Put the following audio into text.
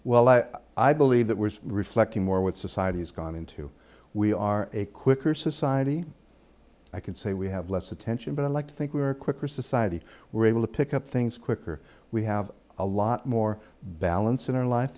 well i believe that we're reflecting more what society has gone into we are a quicker society i can say we have less attention but i like to think we are quicker society we're able to pick up things quicker we have a lot more balance in our life